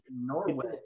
Norway